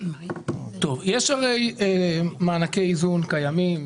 יש מענקי איזון קיימים,